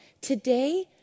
Today